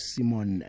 Simon